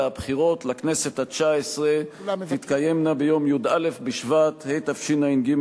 והבחירות לכנסת התשע-עשרה תתקיימנה ביום י"א בשבט התשע"ג,